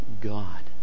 God